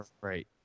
Right